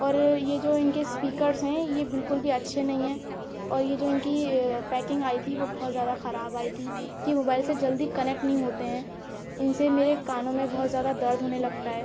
اور یہ جو ان کے اسپیکرس ہیں یہ بالکل بھی اچھے نہیں ہیں اور یہ جو ان کی پیکنگ آئی تھی وہ بہت زیادہ خراب آئی تھی کہ موبائل سے جلدی کنکٹ نہیں ہوتے ہیں ان سے میرے کانوں میں بہت زیادہ درد ہونے لگتا ہے